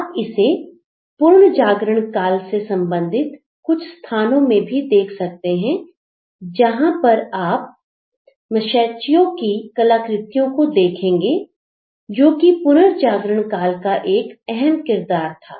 आप इसे पूर्ण जागरण काल से संबंधित कुछ स्थानों पर में भी देख सकते हैं जहां पर आप Masaccio की कलाकृतियों को देखेंगे जो कि पुनर्जागरण काल का एक अहम किरदार था